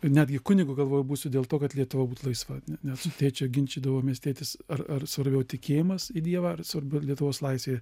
netgi kunigu galvojau būsiu dėl to kad lietuva būt laisva mes su tėčiu ginčydavomės tėtis ar ar svarbiau tikėjimas į dievą ar svarbi lietuvos laisvė